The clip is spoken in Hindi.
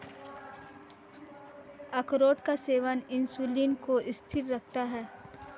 अखरोट का सेवन इंसुलिन को स्थिर रखता है